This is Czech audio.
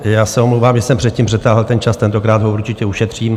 Já se omlouvám, že jsem předtím přetáhl ten čas, tentokrát ho určitě ušetřím.